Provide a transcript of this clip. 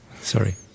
Sorry